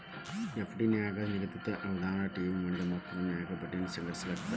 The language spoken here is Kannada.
ಎಫ್.ಡಿ ನ್ಯಾಗ ನಿಗದಿತ ಅವಧ್ಯಾಗ ಠೇವಣಿ ಮಾಡಿದ ಮೊತ್ತದ ಮ್ಯಾಗ ಬಡ್ಡಿಯನ್ನ ಸಂಗ್ರಹಿಸಲಾಗ್ತದ